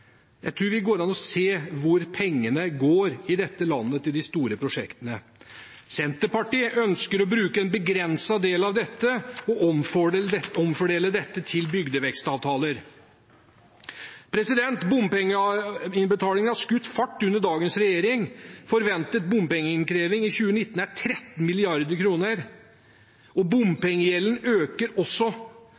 Jeg tror det går an å se hvor pengene til de store prosjektene går i dette landet. Senterpartiet ønsker å bruke en begrenset del av dette og omfordele det til bygdevekstavtaler. Bompengeinnbetalingen har skutt fart under dagens regjering. Forventet bompengeinnkreving i 2019 er 13 mrd. kr. Bompengegjelden øker også.